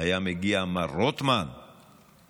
היה מגיע מר רוטמן ואומר: